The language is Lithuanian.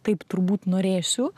taip turbūt norėsiu